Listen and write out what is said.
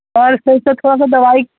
और सही से थोड़ा सा दवाई